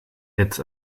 its